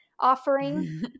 offering